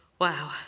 Wow